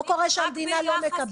לא קורה שהמדינה לא מקבלת.